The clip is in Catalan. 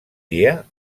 dia